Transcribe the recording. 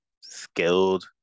skilled